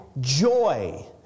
joy